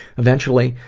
eventually,